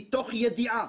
מתוך ידיעה